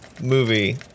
movie